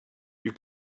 you